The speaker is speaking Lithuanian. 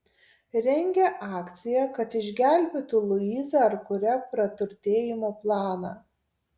rengia akciją kad išgelbėtų luizą ar kuria praturtėjimo planą